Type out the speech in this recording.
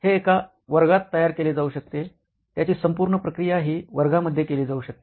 हे एका वर्गात तयार केले जाऊ शकते त्याची संपूर्ण प्रक्रिया हि वर्गामध्ये केली जाऊ शकते